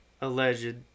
alleged